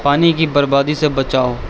پانی کی بربادی سے بچاؤ